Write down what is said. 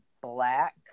black